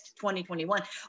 2021